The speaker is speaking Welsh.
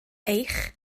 eich